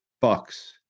bucks